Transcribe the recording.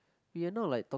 we're not like talk~